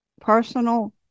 personal